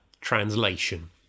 translation